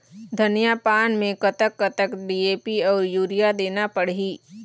धनिया पान मे कतक कतक डी.ए.पी अऊ यूरिया देना पड़ही?